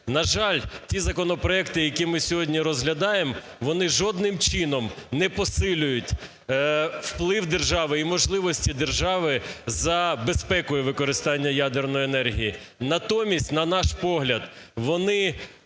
На жаль, ті законопроекти, які ми сьогодні розглядаємо, вони жодним чином не посилюють вплив держави і можливості держави за безпекою використання ядерної енергії. Натомість, на наш погляд, вони